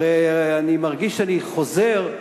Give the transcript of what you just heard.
הרי אני מרגיש שאני חוזר,